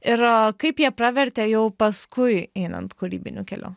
ir kaip jie pravertė jau paskui einant kūrybiniu keliu